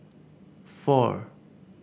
four